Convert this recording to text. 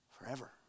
forever